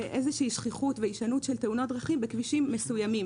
איזושהי שכיחות והישנות של תאונות דרכים בכבישים מסוימים.